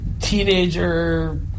teenager